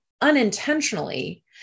unintentionally